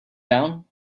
down